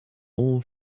all